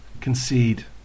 concede